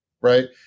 right